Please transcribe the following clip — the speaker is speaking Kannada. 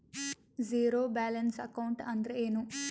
ಝೀರೋ ಬ್ಯಾಲೆನ್ಸ್ ಅಕೌಂಟ್ ಅಂದ್ರ ಏನು?